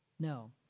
No